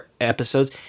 episodes